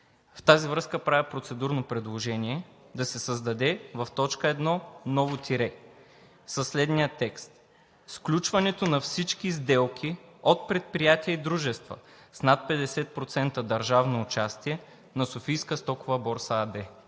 В тази връзка правя процедурно предложение да се създаде в т. 1 ново тире със следния текст: „Сключването на всички сделки от предприятия и дружества с над 50% държавно участие на „Софийска стокова борса“ АД.